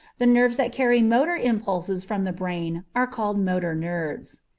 the nerves that carry motor impulses from the brain are called motor nerves.